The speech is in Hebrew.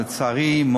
לצערי,